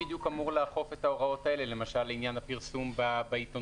לאחר מכן אני אתן את רשות הדיבור ליועצת